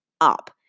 up